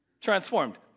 Transformed